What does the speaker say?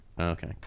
Okay